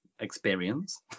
experience